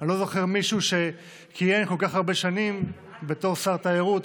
אני לא זוכר מישהו שכיהן כל כך הרבה שנים בתור שר תיירות,